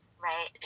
right